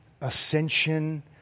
ascension